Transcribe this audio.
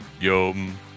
Yum